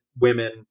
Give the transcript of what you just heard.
women